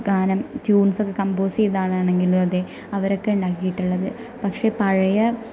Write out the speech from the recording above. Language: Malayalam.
ഗാനം ട്യൂൺസൊക്കെ കംപോസ് ചെയ്തത ആളാണെങ്കിലും അതെ അവരൊക്കെ ഉണ്ടാക്കിയിട്ടുള്ളത് പക്ഷെ പഴയ